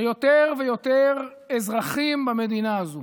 שיותר ויותר אזרחים במדינה הזאת